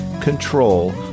control